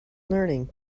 learning